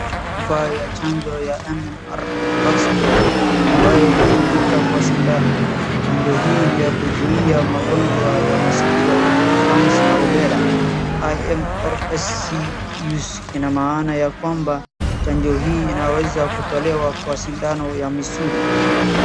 Chupa ya chanjo ya MMR VaxPro , ambayo hutumika kwa sindano. Chanjo hii ni ya kuzuia magonjwa ya masikio, palms na rubella . IM or SC use ina maana ya kwamba chanjo hii inaweza kutolewa kwa sindano ya misuli.